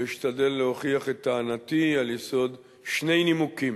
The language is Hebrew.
אשתדל להוכיח את טענתי על יסוד שני נימוקים.